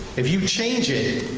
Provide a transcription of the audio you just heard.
if you change it,